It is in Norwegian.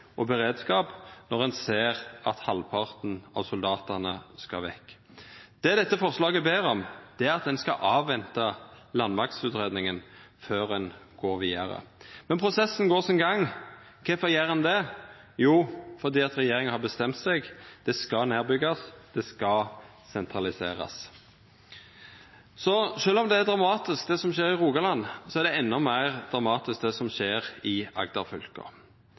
og beredskap når ein ser at halvparten av soldatane skal vekk. Det me ber om i dette forslaget, er at ein skal venta på landmaktsutgreiinga før ein går vidare. Men prosessen går sin gang, og kvifor gjer han det? Jo, fordi regjeringa har bestemt seg. Det skal byggjast ned, det skal sentraliserast. Sjølv om det som skjer i Rogaland, er dramatisk, er det endå meir dramatisk, det som skjer i